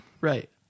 Right